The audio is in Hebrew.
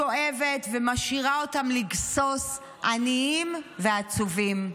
שואבת, ומשאירה אותם לגסוס עניים ועצובים.